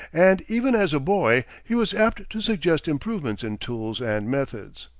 and even as a boy he was apt to suggest improvements in tools and methods.